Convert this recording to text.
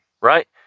Right